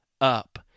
up